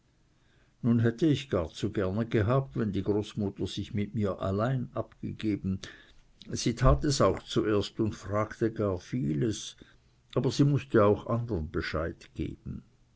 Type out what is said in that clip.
nun hätte ich gar zu gerne gehabt wenn die großmutter sich mit mir allein abgegeben sie tat es auch zuerst und fragte gar vieles aber sie mußte auch andern bescheid geben